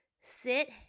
sit